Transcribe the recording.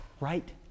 Right